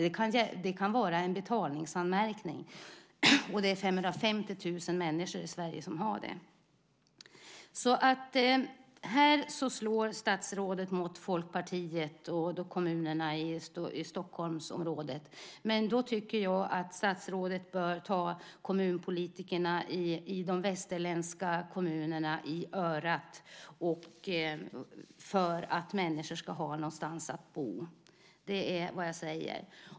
Det kan bero på en betalningsanmärkning, och det är 550 000 människor i Sverige som har betalningsanmärkningar. Här slår statsrådet mot Folkpartiet och kommunerna i Stockholmsområdet. Men då tycker jag att statsrådet bör ta kommunpolitikerna i kommunerna i Västernorrland i örat för att de ska se till att människor ska ha någonstans att bo.